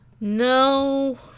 No